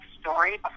story